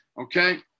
Okay